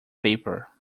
paper